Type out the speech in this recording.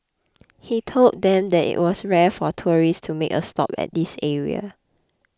he told them that it was rare for tourist to make a stop at this area